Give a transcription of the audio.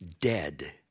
dead